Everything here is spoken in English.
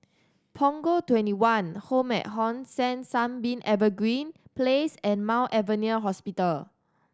Punggol Twenty one Home at Hong San Sunbeam Evergreen Place and Mount Alvernia Hospital